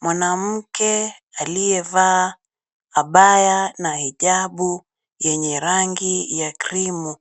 Mwanamke aliyevaa abaya na hijabu yenye rangi ya cream ,